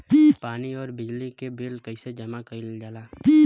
पानी और बिजली के बिल कइसे जमा कइल जाला?